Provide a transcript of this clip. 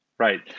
Right